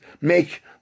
make